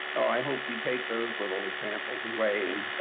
i hope you take those little examples and weigh and